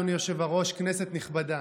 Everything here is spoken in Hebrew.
אדוני היושב-ראש, כנסת נכבדה,